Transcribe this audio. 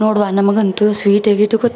ನೋಡವ್ವ ನಮಗಂತೂ ಸ್ವೀಟ್ ಗೀಟು ಗೊತ್ತಿಲ್ಲ